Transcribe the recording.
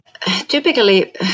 Typically